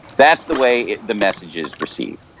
that's the way the message is perceived.